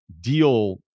deal